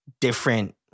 different